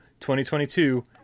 2022